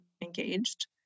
engaged